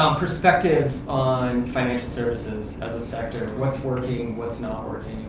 um perspectives on financial services as a sector? what's working, what's not working?